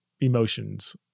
emotions